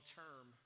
term